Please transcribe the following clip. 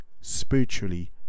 spiritually